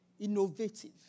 innovative